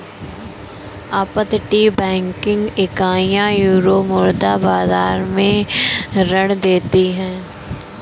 अपतटीय बैंकिंग इकाइयां यूरोमुद्रा बाजार में ऋण देती हैं